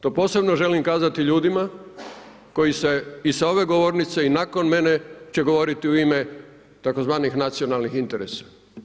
To posebno želim kazati ljudi koji sa ove govornice i nakon mene će govoriti u ime tzv. nacionalnih interesa.